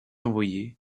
envoyées